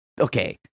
okay